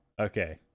Okay